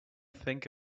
think